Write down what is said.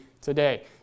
today